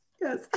Yes